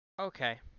Okay